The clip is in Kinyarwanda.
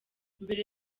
mbere